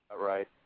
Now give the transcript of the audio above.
right